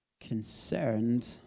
concerned